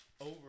over